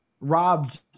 robbed